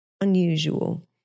unusual